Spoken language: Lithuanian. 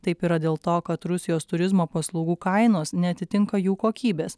taip yra dėl to kad rusijos turizmo paslaugų kainos neatitinka jų kokybės